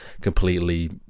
completely